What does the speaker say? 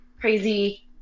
crazy